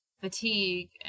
fatigue